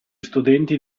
studenti